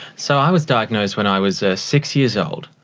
so i was diagnosed when i was ah six years old.